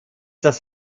das